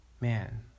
Man